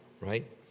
Right